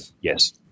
yes